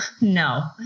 No